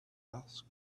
asked